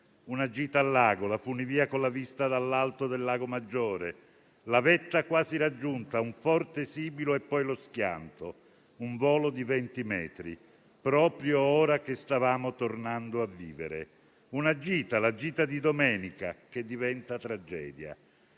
Una gita al lago, la funivia con la vista dall'alto del Lago Maggiore, la vetta quasi raggiunta, un forte sibilo e poi lo schianto, con un volo di venti metri, proprio ora che stavamo tornando a vivere. Una gita, la gita di domenica, che diventa tragedia.